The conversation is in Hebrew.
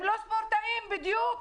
הם לא ספורטאים, בדיוק.